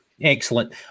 excellent